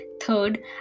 Third